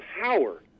power